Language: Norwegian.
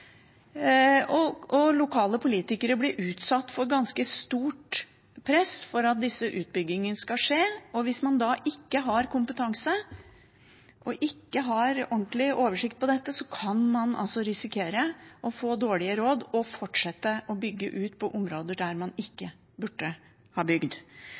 Lokale politikere blir utsatt for ganske stort press for at disse utbyggingene skal skje. Hvis man da ikke har kompetanse, og ikke har ordentlig oversikt over dette, kan man risikere å få dårlige råd og fortsette å bygge ut på områder der man ikke burde ha bygd.